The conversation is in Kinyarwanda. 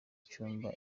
cyumba